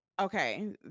okay